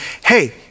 hey